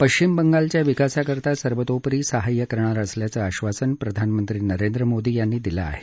पश्चिम बंगालच्या विकासाकरता सर्वतोपरी सहाय्य करणार असल्याचं आश्वासन प्रधानमंत्री नरेंद्र मोदी यांनी दिलं आहे